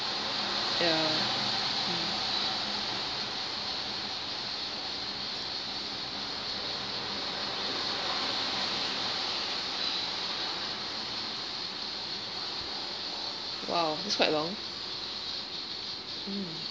ya !wow! that's quite long